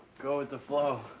go with the flow.